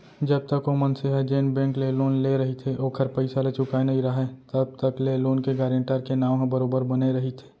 जब तक ओ मनसे ह जेन बेंक ले लोन लेय रहिथे ओखर पइसा ल चुकाय नइ राहय तब तक ले लोन के गारेंटर के नांव ह बरोबर बने रहिथे